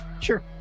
Sure